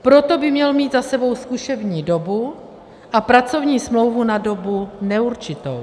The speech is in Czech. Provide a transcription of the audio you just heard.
Proto by měl mít za sebou zkušební dobu a pracovní smlouvu na dobu neurčitou.